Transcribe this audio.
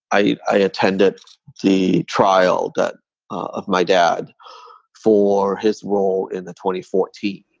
i i attended the trial but of my dad for his role in the twenty forty,